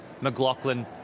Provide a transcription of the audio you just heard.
McLaughlin